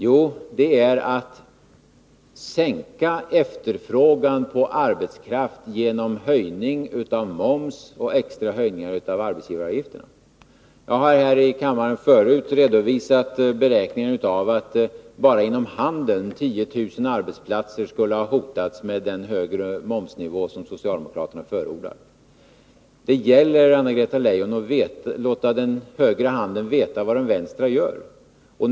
Jo, det är att sänka efterfrågan på arbetskraft genom en höjning av momsen och extra höjningar av arbetsgivaravgifterna. Jag har tidigare här i kammaren redogjort för beräkningar som visat att 10 000 arbetsplatser skulle ha hotats bara inom handeln med den högre momsnivå som socialdemokraterna förordar. Det gäller, Anna-Greta Leijon, att låta den högra handen veta vad den vänstra gör.